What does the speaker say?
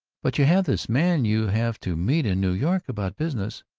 but you have this man you have to meet in new york about business.